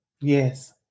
Yes